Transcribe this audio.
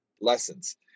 lessons